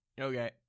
okay